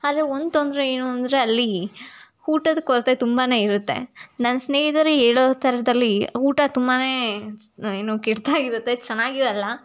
ಆದರೆ ಒಂದು ತೊಂದರೆ ಏನು ಅಂದರೆ ಅಲ್ಲಿ ಊಟದ ಕೊರತೆ ತುಂಬಾ ಇರುತ್ತೆ ನನ್ನ ಸ್ನೇಹಿತರು ಹೇಳೊ ಥರದಲ್ಲಿ ಊಟ ತುಂಬಾ ಏನು ಕೆಟ್ಟದಾಗಿರುತ್ತೆ ಚೆನ್ನಾಗಿರಲ್ಲ